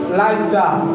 lifestyle